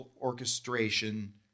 orchestration